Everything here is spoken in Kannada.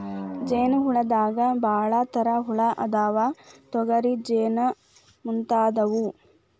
ಜೇನ ಹುಳದಾಗ ಭಾಳ ತರಾ ಹುಳಾ ಅದಾವ, ತೊಗರಿ ಜೇನ ಮುಂತಾದವು